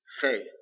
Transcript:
faith